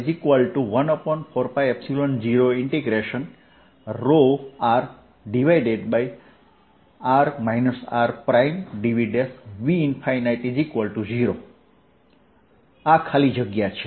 Vr14π0ρ|r r|dV V0 આ ખાલી જગ્યા છે